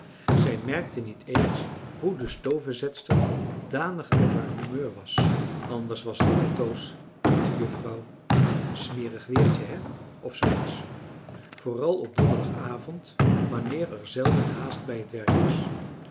zij merkte niet eens hoe de stovenzetster danig uit haar humeur was anders was het altoos dag juffrouw smerig weertje he of zoo iets vooral op donderdagavond wanneer er zelden haast bij het werk was